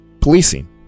policing